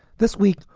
this week,